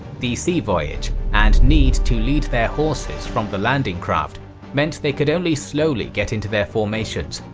the sea voyage and need to lead their horses from the landing craft meant they could only slowly get into their formations,